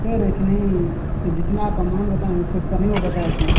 कह रहे कि नहीं जितना आप अमाउंट बताए है उससे कम हीं वो बताए थे